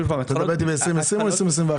אתה מדבר אתי על 2020 או על 2021?